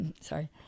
Sorry